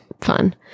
fun